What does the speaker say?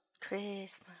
Christmas